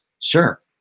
Sure